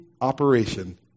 operation